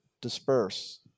disperse